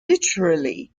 literally